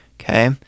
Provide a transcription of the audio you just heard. Okay